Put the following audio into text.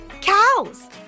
Cows